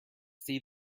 see